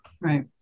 Right